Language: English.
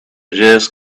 just